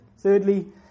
Thirdly